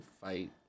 fight